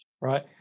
right